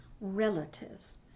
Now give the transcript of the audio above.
relatives